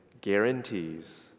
guarantees